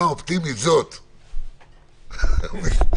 זאת תהיה ברירת המחדל?